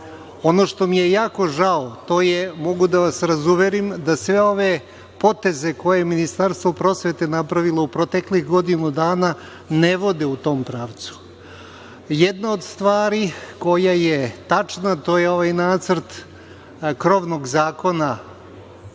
Ono što mi je jako žao, to je, mogu da vas razuverim da sve ove poteze koje je Ministarstvo prosvete napravilo u proteklih godinu dana ne vode u tom pravcu. Jedna od stvari koja je tačna, to je ovaj nacrt krovnog zakona